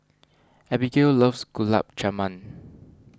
Abigail loves Gulab Jamun